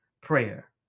prayer